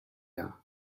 air